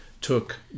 took